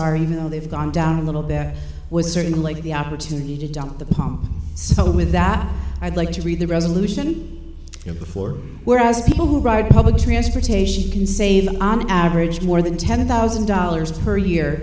are even though they've gone down a little that was certainly the opportunity to dump the pump so with that i'd like to read the resolution before whereas people who ride public transportation can save on average more than ten thousand dollars per year